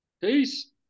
peace